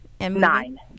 Nine